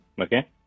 Okay